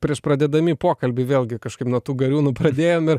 prieš pradėdami pokalbį vėlgi kažkaip nuo tų gariūnų pradėjom ir